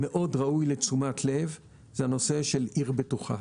וראוי מאוד לתשומת לב, זה הנושא של עיר בטוחה.